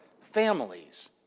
families